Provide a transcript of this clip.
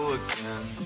again